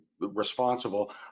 responsible